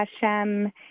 Hashem